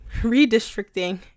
redistricting